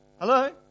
Hello